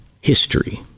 history